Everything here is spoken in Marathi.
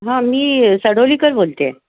हां मी सडोलीकर बोलत आहे